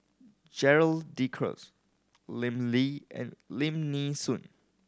Gerald De Cruz Lim Lee and Lim Nee Soon